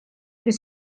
lis